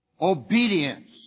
obedience